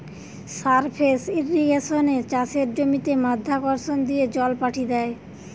surface ইর্রিগেশনে চাষের জমিতে মাধ্যাকর্ষণ দিয়ে জল পাঠি দ্যায়